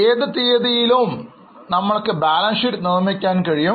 ഏത് തീയതി യിലും നമ്മൾക്ക് ബാലൻസ് ഷീറ്റ് നിർമ്മിക്കാൻ കഴിയും